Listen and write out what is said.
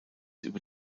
über